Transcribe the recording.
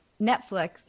Netflix